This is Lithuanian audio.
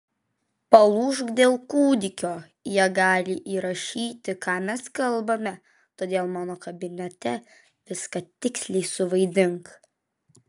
palūžk dėl kūdikio jie gali įrašyti ką mes kalbame todėl mano kabinete viską tiksliai suvaidink